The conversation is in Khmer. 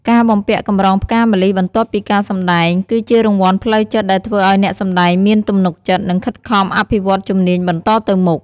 ការបំពាក់កម្រងផ្កាម្លិះបន្ទាប់ពីការសម្តែង គឺជារង្វាន់ផ្លូវចិត្តដែលធ្វើឲ្យអ្នកសម្តែងមានទំនុកចិត្ត និងខិតខំអភិវឌ្ឍជំនាញបន្តទៅមុខ។